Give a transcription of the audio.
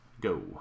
go